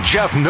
Jeff